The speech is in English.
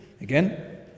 again